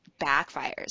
backfires